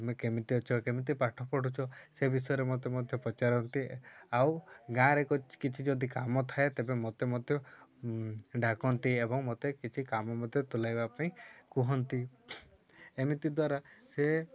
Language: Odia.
ତମେ କେମିତି ଅଛ କେମିତି ପାଠ ପଢ଼ୁଛ ସେ ବିଷୟରେ ମୋତେ ମଧ୍ୟ ପଚାରନ୍ତି ଆଉ ଗାଁରେ କିଛି ଯଦି କାମ ଥାଏ ତେବେ ମୋତେ ମଧ୍ୟ ଡାକନ୍ତି ଏବଂ ମୋତେ କିଛି କାମ ମଧ୍ୟ ତୁଲାଇବା ପାଇଁ କୁହନ୍ତି ଏମିତି ଦ୍ୱାରା ସେ